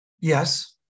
yes